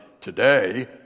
today